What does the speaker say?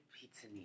pizza